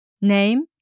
Name